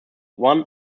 one